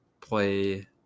play